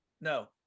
no